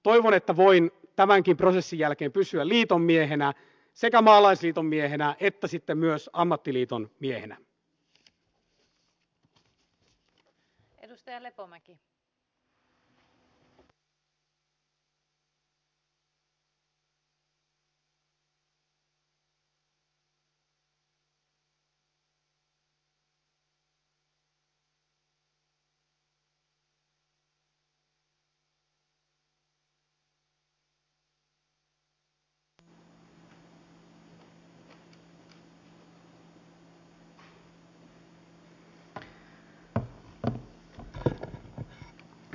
toivon että voin tämänkin prosessin jälkeen pysyä liiton miehenä sekä maalaisliiton miehenä että sitten myös ammattiliiton miehenä